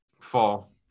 fall